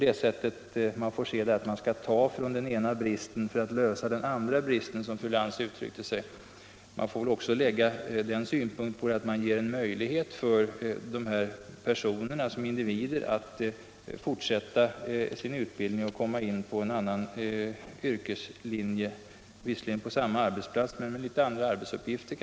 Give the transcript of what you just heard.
Det är inte så att man skall ta från den ena bristen för att lösa den andra bristen, som fru Lantz uttryckte det. Man får väl också anlägga den synpunkten på detta, att man med detta förslag ger en del barnskötare som individer en möjlighet att fortsätta sin utbildning och komma in på en annan yrkeslinje, visserligen på samma arbetsplats men kanske med något andra arbetsuppgifter.